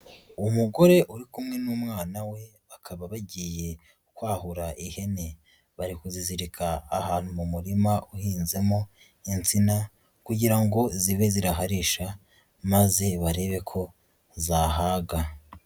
Umugore uri kumwe n'umwana we bakaba bagiye kwahura ihene, bari kuzizirika ahantu mu murima uhinzemo insina kugira ngo zibe ziraharisha maze barebe ko zahaga.